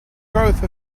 growth